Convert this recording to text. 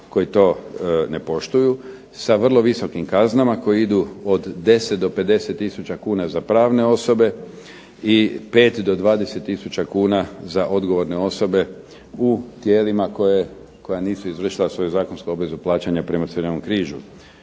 koji to ne poštuju sa vrlo visokim kaznama koje idu od 10 do 50 tisuća kuna za pravne osobe i 5 do 20 tisuća kuna za odgovorne osobe u tijelima koja nisu izvršila svoju zakonsku obvezu plaćanja prema Hrvatskom